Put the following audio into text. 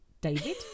David